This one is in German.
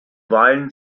wahlen